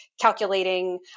calculating